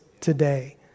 today